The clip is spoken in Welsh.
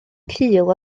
cul